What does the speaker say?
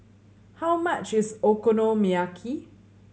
how much is Okonomiyaki